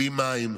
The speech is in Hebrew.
ובלי מים.